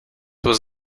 was